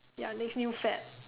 ya next new fad